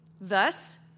Thus